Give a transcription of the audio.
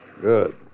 Good